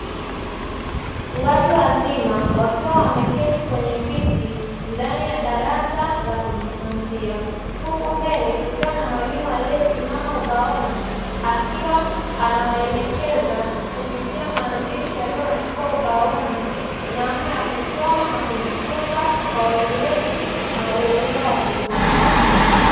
Watu wazima wakiwa wameketi kwenye viti ndani ya darasa la kujifunzia, huku mbele kukiwa na mwalimu aliyesimama ubaoni akiwa anawaelekeza kupitia maandishi yaliyo andikwa ubaoni, namna ya kusoma na kujifunza kwa weledi na uelewa wa kutosha.